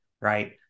right